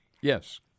yes